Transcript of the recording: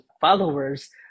followers